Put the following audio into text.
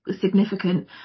significant